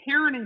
parenting